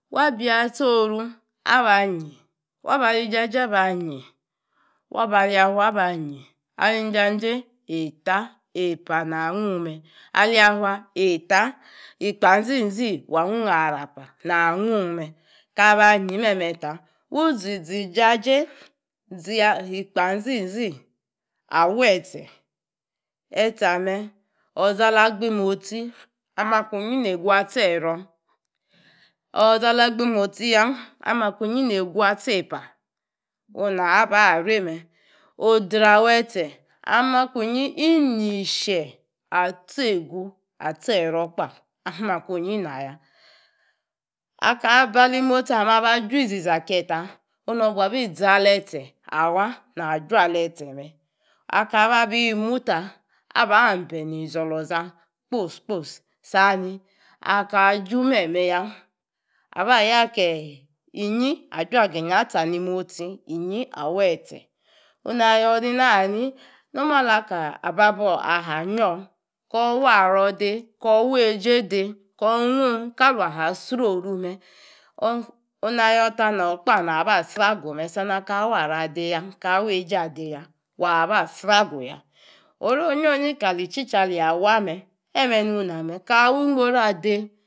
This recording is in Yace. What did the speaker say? Wa bia yetche oru aban yi wa ba linjajei abanyi wa ba ali yafua abanyi. Alin jajei eita eipa ha gung me alia fua eita ikpanzi zi wa gung arapa naa gung me kaa ba yii meme ta wuu zi zinjajei zia inkpanzizi awe etse. Etse ame awu izala gbimostsi inyi nieigu atsi ero. Awu iza la gbi motsi yaa ali makunyi inei gu atsi eipa ona aba rei me. Odra we etse ali makunyi ini ishie atsi eigu ero kpa ali makunyi ina atse ero kpa ali makunyi ina ya. Akaa baa li motsi ame aba ju iziza kiye ta onu ba bi za letche awa na jua letche me. Akaa bu bi muu ta aba beni zoloza akpos kpo sa niya aka ju meme ya aba ya akee inyi ajugrinya atsa ni motsi inyi awetse ona yoor neinahani no mu ala babo aha yoor wa'aro dei ko weijei dei koor gung kalung aha sroo ne me. Onu na yoor ta nor kpa aba sragu me sa ni ya aka waro adei ya ka weijei a'deiya waba sra aguya ori onyoyi kali ichi tcha aleyi wa me eme nung iname kaa wii ngbru adei